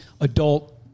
adult